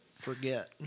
forget